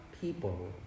people